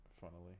funnily